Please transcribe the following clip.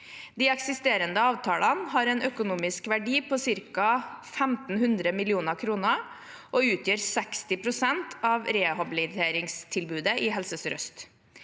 De eksisterende avtalene har en økonomisk verdi på ca. 1 500 mill. kr og utgjør 60 pst. av rehabiliteringstilbudet i Helse sør-øst.